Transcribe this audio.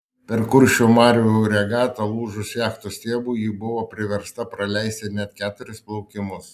per kuršių marių regatą lūžus jachtos stiebui ji buvo priversta praleisti net keturis plaukimus